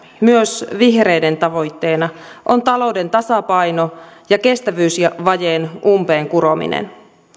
myös vihreiden tavoitteena on talouden tasapaino ja kestävyysvajeen umpeenkurominen